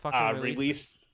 release